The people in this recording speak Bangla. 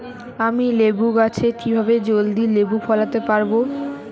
আমি লেবু গাছে কিভাবে জলদি লেবু ফলাতে পরাবো?